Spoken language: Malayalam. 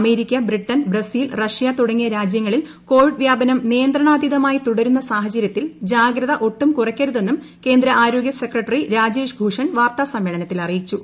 അമേരിക്ക ബ്രിട്ടൻ ബ്രസീൽ റഷ്യ തുടങ്ങിയ രാജ്യങ്ങളിൽ കോവിഡ് വ്യാപനം നിയന്ത്രണാതീതമായി തുടരുന്ന സാഹചര്യത്തിൽ ജാഗ്രത ഒട്ടും കുറയ്ക്കരുതെന്നും കേന്ദ്ര ആരോഗൃ സെക്രട്ടറി രാജേഷ് ഭൂഷൺ വാർത്താ സമ്മേളനത്തിൽ അറിയിച്ചു